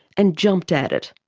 and jumped at it.